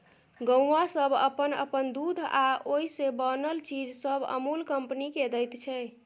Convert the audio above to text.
गौआँ सब अप्पन अप्पन दूध आ ओइ से बनल चीज सब अमूल कंपनी केँ दैत छै